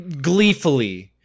Gleefully